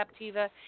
Captiva